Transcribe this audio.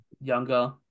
younger